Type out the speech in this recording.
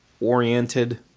oriented